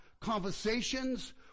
conversations